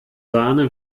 sahne